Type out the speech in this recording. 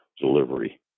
delivery